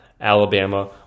Alabama